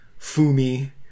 fumi